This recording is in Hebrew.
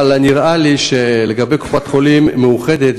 אבל נראה לי שלגבי קופת-חולים מאוחדת,